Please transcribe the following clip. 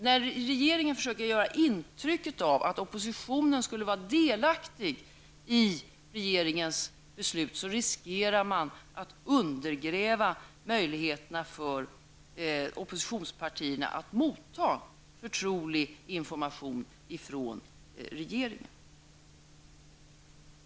När regeringen försöker ge intryck av att oppositionen skulle vara delaktig i regeringens beslut, riskerar man att undergräva möjligheterna för oppositionspartierna att motta förtrolig information från regeringen.